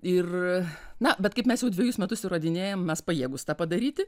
ir na bet kaip mes jau dvejus metus įrodinėjam mes pajėgūs tą padaryti